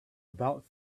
about